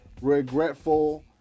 regretful